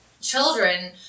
children